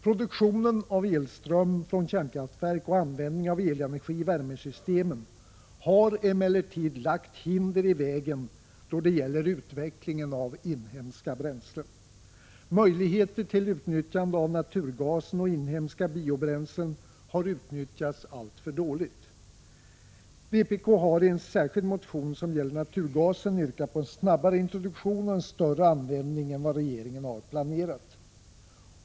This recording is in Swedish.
Produktionen av elström från kärnkraftverk och användningen av elenergi i värmesystemen har emellertid lagt hinder i vägen då det gäller utvecklingen av inhemska bränslen. Möjligheterna till utnyttjande av naturgasen och inhemska biobränslen har utnyttjats alltför dåligt. Vpk har i en särskild motion som gäller naturgasen yrkat på en snabbare introduktion och en större användning än vad regeringen har planerat.